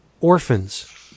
orphans